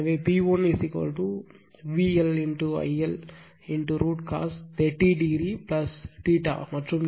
எனவே P1 VL IL√ cos 30 o மற்றும் இது 36